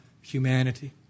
humanity